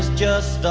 just